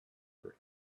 earth